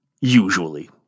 usually